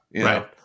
Right